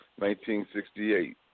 1968